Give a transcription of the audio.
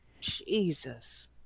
jesus